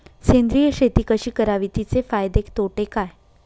सेंद्रिय शेती कशी करावी? तिचे फायदे तोटे काय?